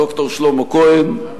ד"ר שלמה כהן,